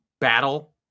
battle